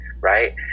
right